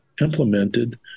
implemented